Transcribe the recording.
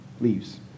leaves